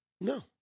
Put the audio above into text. No